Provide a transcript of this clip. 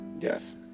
yes